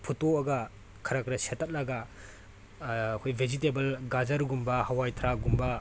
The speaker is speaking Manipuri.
ꯐꯨꯠꯇꯣꯛꯑꯒ ꯈꯔ ꯈꯔ ꯁꯦꯠꯇꯠꯂꯒ ꯑꯩꯈꯣꯏ ꯚꯤꯖꯤꯇꯦꯕꯜ ꯒꯖꯔꯒꯨꯝꯕ ꯍꯋꯥꯏ ꯊꯔꯥꯛꯀꯨꯝꯕ